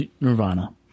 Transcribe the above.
Nirvana